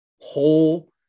whole